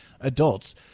adults